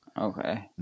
Okay